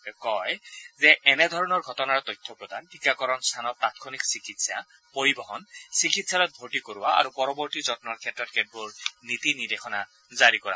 তেওঁ কয় যে এনে ধৰণৰ ঘটনাৰ তথ্য প্ৰদান টীকাকৰণ স্থানত তাৎক্ষণিক চিকিৎসা পৰিবহন চিকিৎসালয়ত ভৰ্তি কৰোৱা আৰু পৰৱৰ্তী যস্নৰ ক্ষেত্ৰত কেতবোৰ নীতি নিদেৰ্শনা জাৰি কৰা হৈছে